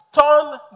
Turn